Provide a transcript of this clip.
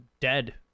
dead